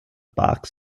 box